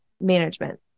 management